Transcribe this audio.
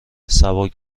سبک